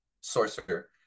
sorcerer